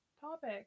topic